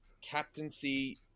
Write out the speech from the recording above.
captaincy